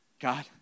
God